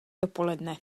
dopoledne